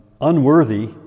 unworthy